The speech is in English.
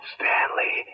Stanley